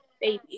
baby